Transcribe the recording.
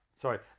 Sorry